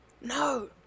No